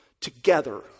together